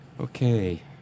Okay